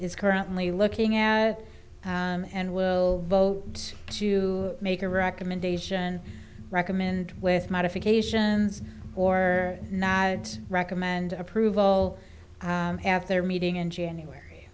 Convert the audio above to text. is currently looking at and will vote to make a recommendation recommend with modifications or not recommend approval after meeting in january